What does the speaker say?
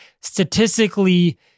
statistically